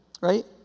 Right